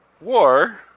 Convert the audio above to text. War